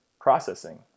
processing